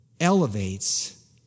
elevates